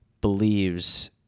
believes